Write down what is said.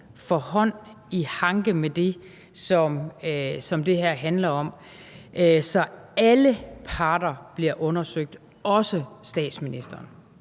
får hånd i hanke med det, som det her handler om – så alle parter bliver undersøgt, også statsministeren?